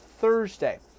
Thursday